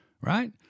Right